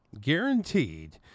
Guaranteed